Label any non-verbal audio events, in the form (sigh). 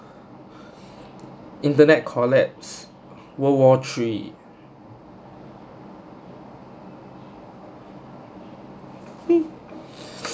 internet collapse world war three (noise)